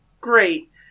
Great